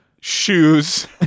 shoes